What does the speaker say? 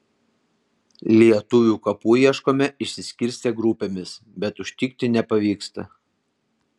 lietuvių kapų ieškome išsiskirstę grupėmis bet užtikti nepavyksta